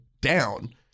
down